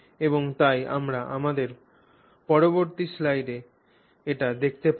এবং তাই আমরা আমাদের পরবর্তী স্লাইডে এটি দেখতে পাব